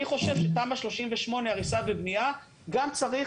אני חושב שתמ"א 38 הריסה ובנייה גם צריך